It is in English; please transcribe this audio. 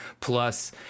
Plus